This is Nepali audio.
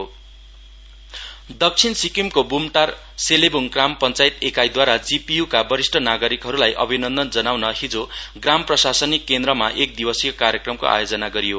फेलिसिटेसन सिक्किम सिटिजन दक्षिण सिक्किमिको ब्मटार सेलेब्ङ ग्राम पञ्चायत एकाईद्वारा जिपिय्का वरिष्ठ नागरिकगणलाई अभिनन्दन जनाउन हिजो ग्राम प्रशासनिक केन्द्रमा एक दिवसीय कार्यक्रमको आयोजना गरियो